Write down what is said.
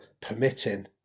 permitting